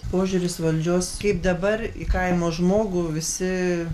požiūris valdžios kaip dabar į kaimo žmogų visi